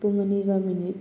ꯄꯨꯡ ꯑꯅꯤꯒ ꯃꯤꯅꯤꯠ